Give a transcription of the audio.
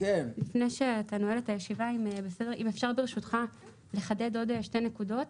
לפני שאתה נועל את הישיבה אם אפשר ברשותך לחדד עוד שתי נקודות